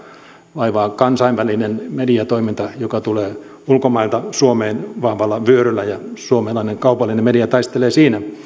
vaivaa kansainvälinen mediatoiminta joka tulee ulkomailta suomeen vahvalla vyöryllä ja suomalainen kaupallinen media taistelee siinä